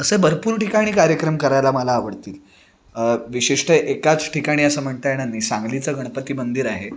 असे भरपूर ठिकाणी कार्यक्रम करायला मला आवडतील विशिष्ट एकाच ठिकाणी असं म्हणता येणार नाही सांगलीचं गणपती मंदिर आहे